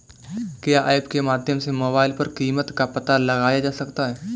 क्या ऐप के माध्यम से मोबाइल पर कीमत का पता लगाया जा सकता है?